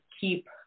keep